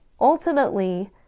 ultimately